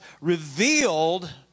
revealed